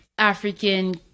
African